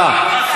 לא להשתמש,